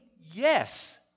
yes